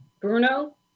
Bruno